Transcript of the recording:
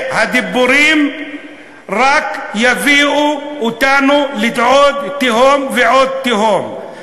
הדיבורים רק יביאו אותנו לעוד תהום ועוד תהום.